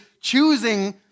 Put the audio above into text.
choosing